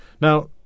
now